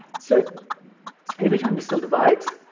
so every time a cell divides,